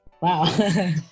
wow